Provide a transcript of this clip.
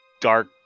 dark